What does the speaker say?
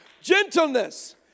gentleness